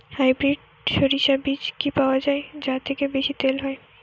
Hybrid শরিষা বীজ কি পাওয়া য়ায় যা থেকে বেশি তেল হয়?